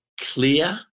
clear